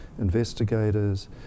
investigators